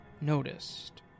noticed